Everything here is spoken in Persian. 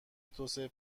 توسعه